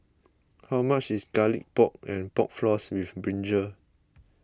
how much is Garlic Pork and Pork Floss with Brinjal